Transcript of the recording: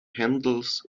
handles